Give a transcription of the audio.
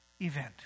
event